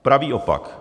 Pravý opak.